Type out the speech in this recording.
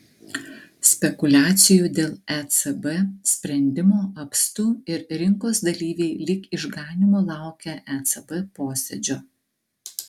spekuliacijų dėl ecb sprendimo apstu ir rinkos dalyviai lyg išganymo laukia ecb posėdžio